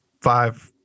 five